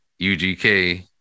UGK